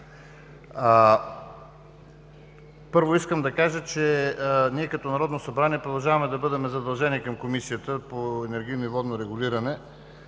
Първо, искам да кажа, че ние като Народно събрание продължаваме да бъдем задължени към Комисията по енергийно и водно регулиране,